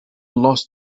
lost